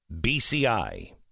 BCI